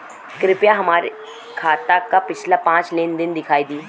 कृपया हमरे खाता क पिछला पांच लेन देन दिखा दी